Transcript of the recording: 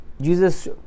Jesus